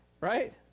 Right